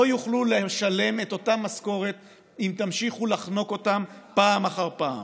לא יוכלו לשלם את אותה משכורת אם תמשיכו לחנוק אותם פעם אחר פעם.